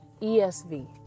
ESV